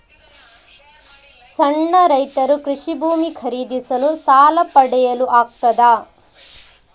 ಸಣ್ಣ ರೈತರು ಕೃಷಿ ಭೂಮಿ ಖರೀದಿಸಲು ಸಾಲ ಪಡೆಯಲು ಆಗ್ತದ?